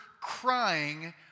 crying